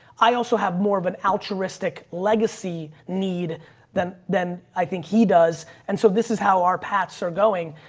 i also have more of an altruistic legacy need than than i think he does and so this is how our paths are going.